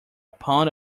pound